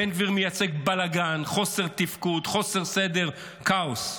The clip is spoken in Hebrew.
בן גביר מייצג בלגן, חוסר תפקוד, חוסר סדר, כאוס.